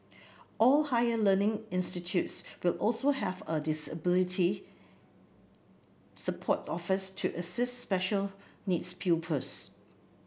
all higher learning institutes will also have a disability support office to assist special needs pupils